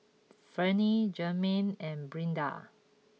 Vernie Jermain and Brinda